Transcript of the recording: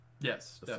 Yes